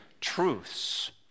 truths